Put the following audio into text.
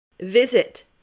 Visit